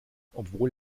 obwohl